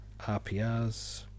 RPRs